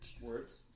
Words